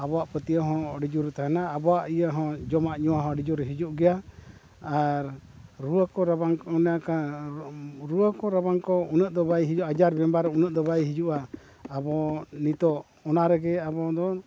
ᱟᱵᱚᱣᱟᱜ ᱯᱟᱹᱛᱭᱟᱹᱣ ᱦᱚᱸ ᱟᱹᱰᱤ ᱡᱳᱨ ᱛᱟᱦᱮᱱᱟ ᱟᱵᱚᱣᱟᱜ ᱤᱭᱟᱹ ᱦᱚᱸ ᱡᱚᱢᱟᱜ ᱧᱩᱣᱟᱜ ᱦᱚᱸ ᱟᱹᱰᱤ ᱡᱳᱨ ᱦᱤᱡᱩᱜ ᱜᱮᱭᱟ ᱟᱨ ᱨᱩᱣᱟᱹ ᱠᱚ ᱨᱟᱵᱟᱝ ᱠᱚ ᱚᱱᱮ ᱚᱱᱠᱟ ᱨᱩᱣᱟᱹ ᱠᱚ ᱨᱟᱵᱟᱝ ᱠᱚ ᱩᱱᱟᱹᱜ ᱫᱚ ᱵᱟᱭ ᱦᱩᱭᱩᱜᱼᱟ ᱟᱡᱟᱨ ᱵᱤᱢᱟᱨ ᱩᱱᱟᱹᱜ ᱫᱚ ᱵᱟᱭ ᱦᱤᱡᱩᱜᱼᱟ ᱟᱵᱚ ᱱᱤᱛᱚᱜ ᱚᱱᱟ ᱨᱮᱜᱮ ᱱᱤᱛᱚᱜ ᱫᱚ